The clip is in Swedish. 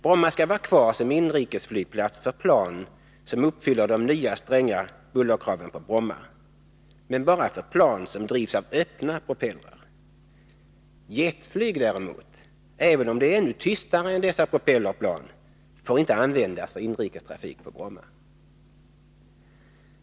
Bromma skall vara kvar som inrikesflygplats för plan som uppfyller de nya stränga bullerkraven på Bromma, men bara för plan som drivs av öppna propellrar. Jetflyg däremot, även om det är ännu tystare än dessa propellerplan, får inte användas för inrikestrafik på Bromma.